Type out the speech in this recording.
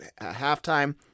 halftime